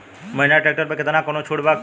Mahindra tractor पर केतना कौनो छूट बा कि ना?